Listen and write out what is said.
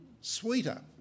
sweeter